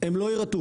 הם לא יירתעו.